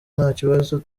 ntakibazo